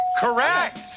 Correct